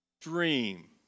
dream